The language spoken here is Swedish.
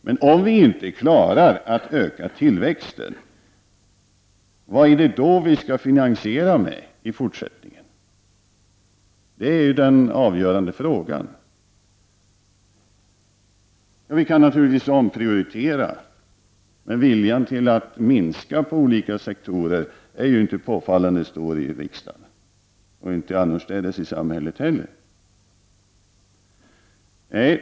Men om vi inte klarar att öka tillväxten, vad skall vi då finansiera med i fortsättningen? Det är den avgörande frågan. Vi kan naturligtvis omprioritera. Men viljan att minska på olika sektorer är ju inte påfallande stor i riksdagen — och inte annorstädes i samhället heller.